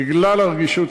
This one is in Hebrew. בגלל הרגישות,